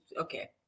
okay